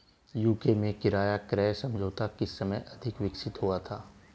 UK में किराया क्रय समझौता किस समय अधिक विकसित हुआ था?